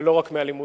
ולא רק מהלימודים.